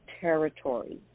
territory